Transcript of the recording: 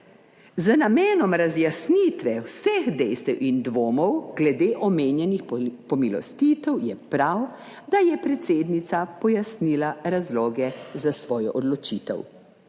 Z namenom razjasnitve vseh dejstev in dvomov glede omenjenih pomilostitev, je prav, da je predsednica pojasnila razloge za svojo odločitev.